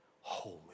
holy